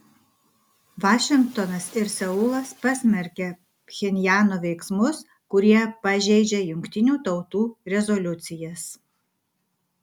vašingtonas ir seulas pasmerkė pchenjano veiksmus kurie pažeidžia jungtinių tautų rezoliucijas